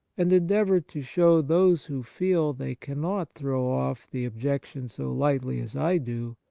and endeavour to show those who feel they cannot throw off the objec tion so lightly as i do,